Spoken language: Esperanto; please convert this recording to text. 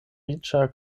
riĉa